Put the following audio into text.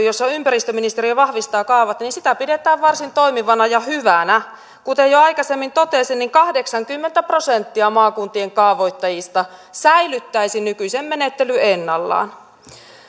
jossa ympäristöministeriö vahvistaa kaavat pidetään varsin toimivana ja hyvänä kuten jo aikaisemmin totesin kahdeksankymmentä prosenttia maakuntien kaavoittajista säilyttäisi nykyisen menettelyn ennallaan